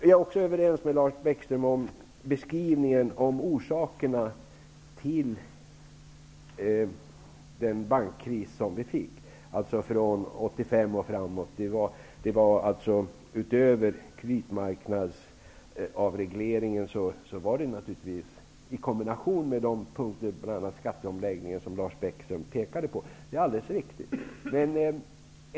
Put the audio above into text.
Jag är också överens med Lars Bäckström om beskrivningen av orsakerna till bankkrisen från skatteomläggningen, vilket Lars Bäckström helt riktigt pekade på.